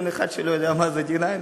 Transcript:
אין אחד שלא יודע מה זה D9,